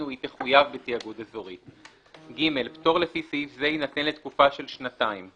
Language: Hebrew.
6ב. (ג)פטור לפי סעיף זה יינתן לתקופה של שנתיים,